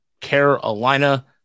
Carolina